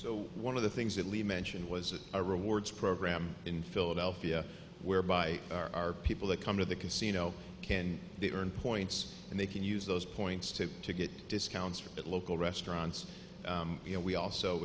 so one of the things that lee mentioned was a rewards program in philadelphia whereby our people that come to the casino can they earn points and they can use those points to to get discounts at local restaurants you know we also